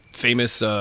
Famous